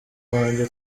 wanjye